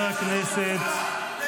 אתם מסיתים, כן.